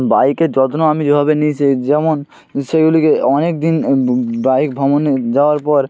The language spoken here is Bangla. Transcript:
বাইকের যত্ন আমি যেভাবে নিয়েছি যেমন সেগুলিকে অনেক দিন বাইক ভ্রমণে যাওয়ার পর